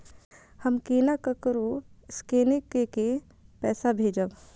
हम केना ककरो स्केने कैके पैसा भेजब?